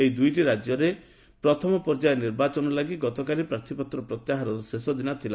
ଏହି ଦୁଇଟି ରାଜ୍ୟରେ ପ୍ରଥମ ପର୍ଯ୍ୟାୟ ନିର୍ବାଚନ ଲାଗି ଗତକାଲି ପ୍ରାର୍ଥିପତ୍ର ପ୍ରତ୍ୟାହାରର ଶେଷ ଦିବସ ଥିଲା